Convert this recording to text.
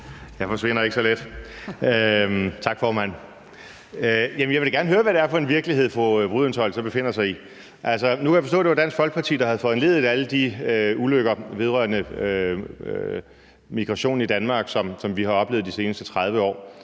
Jeg forsvinder ikke så let. Tak, formand. Jeg vil da gerne høre, hvad det er for en virkelighed, fru Helene Liliendahl Brydensholt så befinder sig i. Nu kunne jeg forstå, at det var Dansk Folkeparti, der havde foranlediget alle de ulykker vedrørende migrationen, som vi har oplevet i Danmark de seneste 30 år,